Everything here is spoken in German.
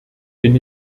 bin